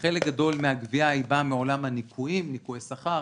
חלק גדול מהגבייה באה מעולם הניכויים ניכויי שכר,